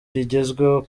rigezweho